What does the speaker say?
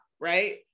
Right